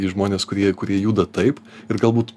į žmones kurie kurie juda taip ir galbūt